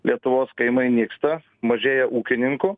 lietuvos kaimai nyksta mažėja ūkininkų